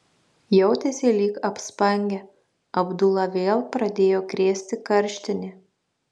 jautėsi lyg apspangę abdulą vėl pradėjo krėsti karštinė